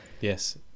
Yes